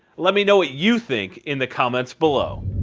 let me know what you think in the comments below.